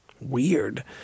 weird